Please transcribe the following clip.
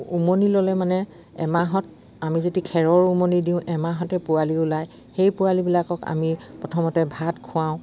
উমনিি ল'লে মানে এমাহত আমি যদি খেৰৰ উমনি দিওঁ এমাহঁতে পোৱালি ওলায় সেই পোৱালিবিলাকক আমি প্ৰথমতে ভাত খুৱাওঁ